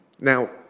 Now